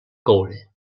coure